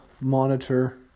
monitor